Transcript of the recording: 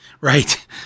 Right